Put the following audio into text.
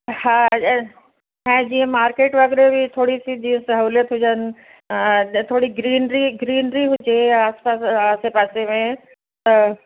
हा त ऐं जीअं मार्केट वग़ैरह बि थोरी सी जीअं सहुलियत हुजनि थोरी ग्रीनरी ग्रीनरी हुजे आस पास आसे पासे में त